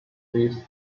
this